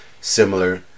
similar